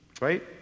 right